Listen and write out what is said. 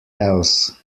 else